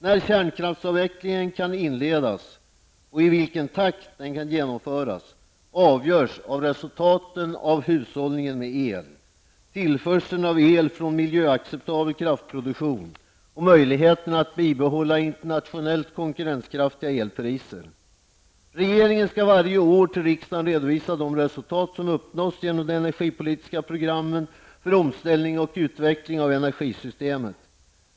När kärnkraftsavvecklingen kan inledas och i vilken takt den kan genomföras avgörs av resultaten av hushållningen med el, tillförseln av el från miljöacceptabel kraftproduktion och möjligheterna att bibehålla internationellt konkurrenskraftiga elpriser. Regeringen skall varje år till riksdagen redovisa de resultat som uppnåtts genom de energipolitiska programmen för omställning och utveckling av energisystemet.